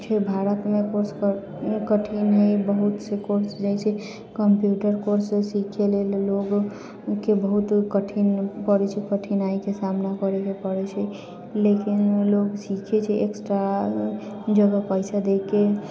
भारतमे कोर्स कठिन है बहुत से कोर्स जैसे कम्प्यूटर कोर्स सिखै लेल लोगके बहुत कठिन पड़ै छै कठिनाइके समाना करैके पड़ै छै लेकिन लोग सिखै छै एक्स्ट्रा जगह पैसा दे के